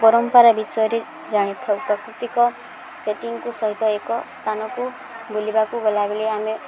ପରମ୍ପରା ବିଷୟରେ ଜାଣିଥାଉ ପ୍ରାକୃତିକ ସେଟିଂକୁ ସହିତ ଏକ ସ୍ଥାନକୁ ବୁଲିବାକୁ ଗଲାବେଳେ ଆମେ